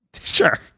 Sure